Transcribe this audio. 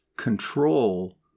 control